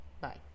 Bye